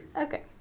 Okay